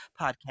Podcast